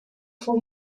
for